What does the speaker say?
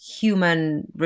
human